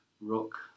rock